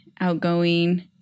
outgoing